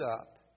up